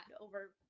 over